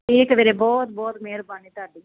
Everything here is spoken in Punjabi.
ਠੀਕ ਵੀਰੇ ਬਹੁਤ ਬਹੁਤ ਮਿਹਰਬਾਨੀ ਤੁਹਾਡੀ